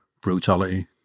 Brutality